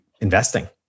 investing